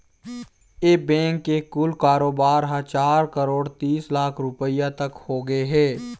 ए bank के कुल कारोबार ह चार करोड़ तीस लाख रूपिया तक होगे हे